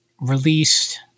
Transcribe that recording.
released